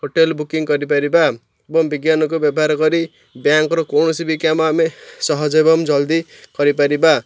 hotel booking କରିପାରିବା ଏବଂ ବିଜ୍ଞାନକୁ ବ୍ୟବହାର କରି ବ୍ୟାଙ୍କ୍ ର କୌଣସି ବି କାମ ଆମେ ସହଜ ଏବଂ ଜଲ୍ଦି କରିପାରିବା